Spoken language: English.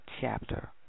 chapter